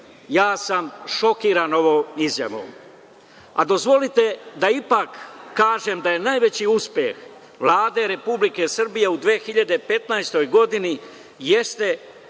Ja sam šokiran ovom izjavom. Dozvolite da ipak kažem da najveći uspeh Vlade Republike Srbije u 2015. godini jeste